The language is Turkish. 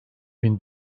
bin